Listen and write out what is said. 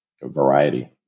variety